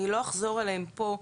אני לא אחזור עליהם פה,